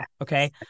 Okay